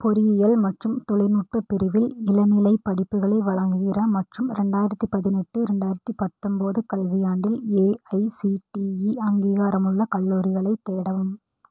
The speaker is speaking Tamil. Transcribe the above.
பொறியியல் மற்றும் தொழில்நுட்ப பிரிவில் இளநிலைப் படிப்புகளை வழங்குகிற மற்றும் ரெண்டாயிரத்து பதினெட்டு ரெண்டாயிரத்து பத்தொம்பது கல்வியாண்டில் ஏஐசிடிஇ அங்கீகாரமுள்ள கல்லூரிகளைத் தேடவும்